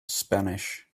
spanish